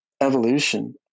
evolution